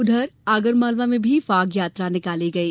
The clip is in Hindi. उधर आगर मालवा मे भी आज फाग यात्रा निकाली गई